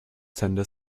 tender